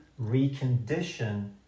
recondition